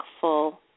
full